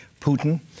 Putin